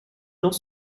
dans